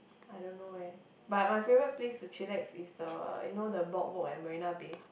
I don't know eh but my favourite place to chillax is the you know the boardwalk at Marina-Bay